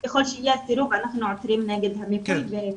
ככל שיהיה סירוב, אנחנו עותרים נגד המיפוי.